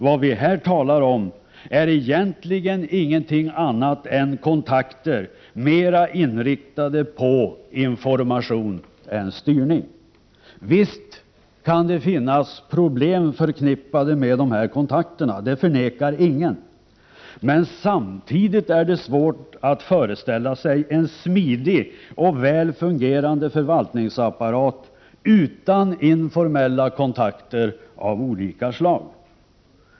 Vad vi här talar om är egentligen ingenting annat än kontakter mera inriktade på information än styrning. Visst kan det finnas problem förknippade med dessa kontakter. Det förnekar ingen. Men samtidigt är det svårt att föreställa sig en smidig och väl fungerande förvaltningsapparat utan informella kontakter av olika slag.